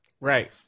right